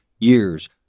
years